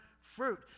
fruit